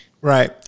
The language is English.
Right